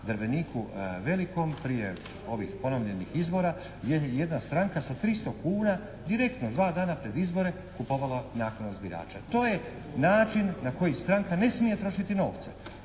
Vrbeniku Velikom prije ovih ponovljenih izbora gdje je jedna stranka sa 300 kuna direktno dva dana pred izbore kupovala naklonost birača. To je način na koji stranka ne smije trošiti novce.